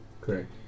correct